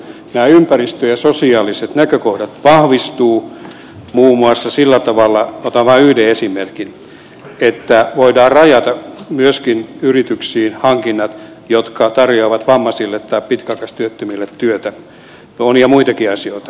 nämä ympäristö ja sosiaaliset näkökohdat vahvistuvat muun muassa sillä tavalla otan vain yhden esimerkin että voidaan rajata myöskin yrityksiin hankinnat jotka tarjoavat vammaisille tai pitkäaikaistyöttömille työtä ja on monia muitakin asioita